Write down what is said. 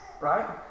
right